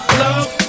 love